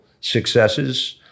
successes